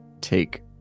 take